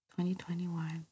2021